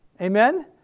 Amen